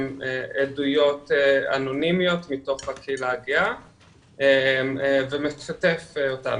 עדויות אנונימיות מתוך הקהילה הגאה ומשתף אותנו,